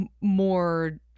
more